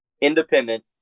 independent